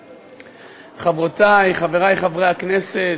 חברותי, חברי, חברי הכנסת,